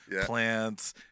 plants